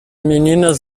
meninas